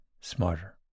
smarter